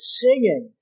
singing